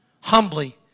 humbly